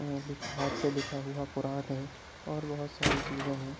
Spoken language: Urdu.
لکھ ہاتھ سے لکھا ہوا قرآن ہے اور بہت ساری چیزیں ہیں